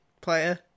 player